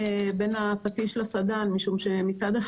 בעבר היו פונות אלי חברות מחוץ לארץ או שותפים כדי